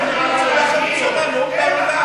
אין לך מה להגיד.